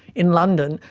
in london,